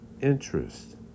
interest